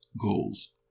goals